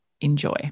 enjoy